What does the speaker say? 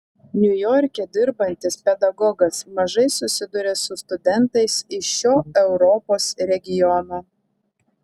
niujorke dirbantis pedagogas mažai susiduria su studentais iš šio europos regiono